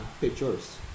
pictures